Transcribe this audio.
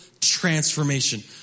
transformation